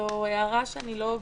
זו הערה שאני לא בטוחה,